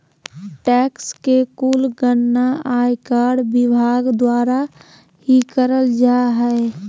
tax के कुल गणना आयकर विभाग द्वारा ही करल जा हय